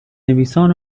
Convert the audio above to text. نویسان